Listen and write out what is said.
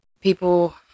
people